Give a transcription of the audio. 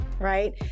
Right